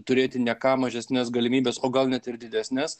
turėti ne ką mažesnes galimybes o gal net ir didesnes